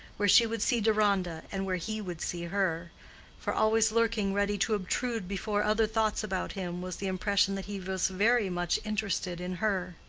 where she would see deronda, and where he would see her for always lurking ready to obtrude before other thoughts about him was the impression that he was very much interested in her.